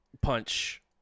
punch